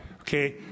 Okay